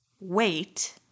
wait